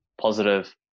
positive